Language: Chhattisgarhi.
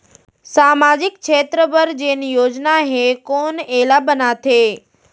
सामाजिक क्षेत्र बर जेन योजना हे कोन एला बनाथे?